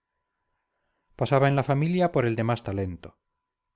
riqueza pasaba en la familia por el de más talento